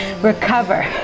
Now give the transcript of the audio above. Recover